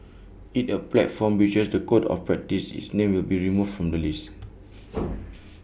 if A platform breaches the code of practice its name will be removed from the list